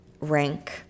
rank